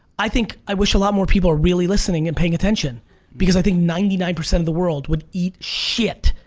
i think i wish a lot more people are really listening and paying attention because i think ninety nine percent of the world would eat shit